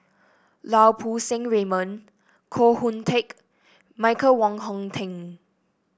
Lau Poo Seng Raymond Koh Hoon Teck Michael Wong Hong Teng